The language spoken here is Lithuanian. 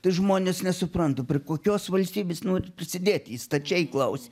tai žmonės nesupranta kokios valstybės norit prisidėti jis stačiai klausia